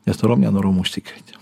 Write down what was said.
nes norom nenorom užsikreti